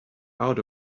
out